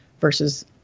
versus